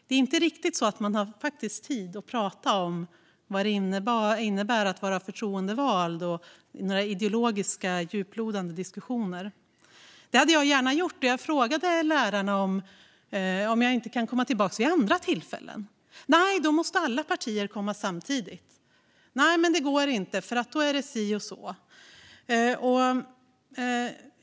Man har inte riktigt tid att prata om vad det innebär att vara förtroendevald eller att ha några ideologiska djuplodande diskussioner. Det hade jag gärna haft. Jag frågade lärarna om jag kunde komma tillbaka vid andra tillfällen. Nej, då måste alla partier komma samtidigt. Nej, det går inte, för då är det si och så.